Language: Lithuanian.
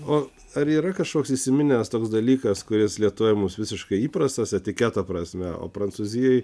o ar yra kažkoks įsiminęs toks dalykas kuris lietuvoje mūsų visiškai įprastas etiketo prasme o prancūzijoj